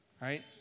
right